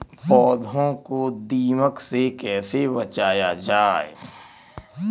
पौधों को दीमक से कैसे बचाया जाय?